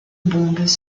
bombes